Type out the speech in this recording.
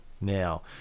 now